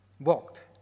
walked